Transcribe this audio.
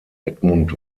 edmund